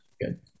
Good